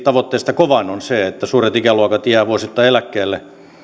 tavoitteesta kovan on se että suuret ikäluokat jäävät vuosittain eläkkeelle